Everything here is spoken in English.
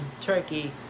Turkey